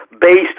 based